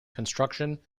construction